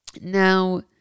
Now